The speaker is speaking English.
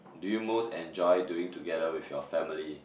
do you most enjoy doing together with your family